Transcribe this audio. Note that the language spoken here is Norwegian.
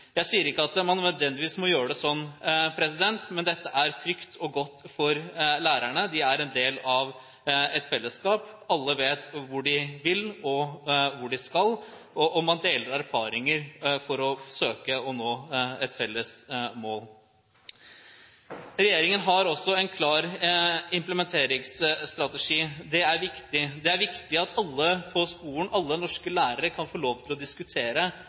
Jeg sier ikke at man nødvendigvis må gjøre det sånn, men dette er trygt og godt for lærerne – de er en del av et fellesskap, alle vet hvor de vil og hvor de skal, og man deler erfaringer for å søke og nå et felles mål. Regjeringen har også en klar implementeringsstrategi. Det er viktig. Det er viktig at alle på skolen – alle norske lærere – kan få lov til å diskutere